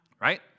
right